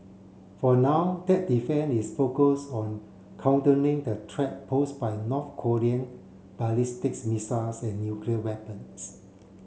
for now that defence is focus on countering the threat pose by North Korean ballistics missiles and nuclear weapons